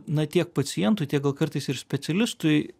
na tiek pacientui tiek gal kartais ir specialistui